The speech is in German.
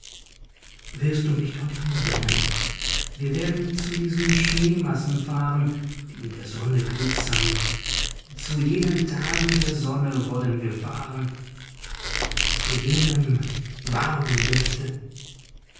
wirst du mich dorthin bringen wir werden zu diesen schneemassen fahren die in der sonne glitzern zu jenen tagen der sonne wollen wir fahren zu jenem warmen lichte